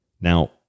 Now